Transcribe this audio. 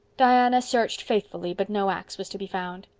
diana searched faithfully but no axe was to be found.